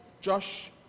Josh